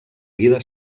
vida